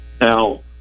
Now